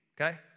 okay